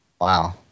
Wow